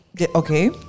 Okay